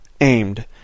aimed